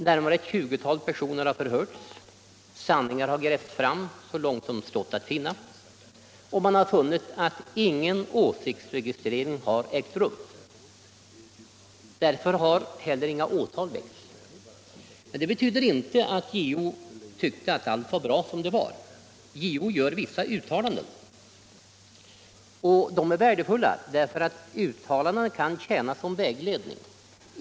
Närmare ett tjugotal personer har förhörts, sanningar har grävts fram, så långt de stått att finna, och man har funnit att ingen åsiktsregistrering har ägt rum. Därför har heller inga åtal väckts. Det betyder inte att JO tyckte att allt var bra som det var. JO gör vissa uttalanden. De är värdefulla, därför att de kan tjäna som vägledning.